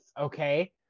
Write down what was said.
Okay